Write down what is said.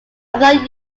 thought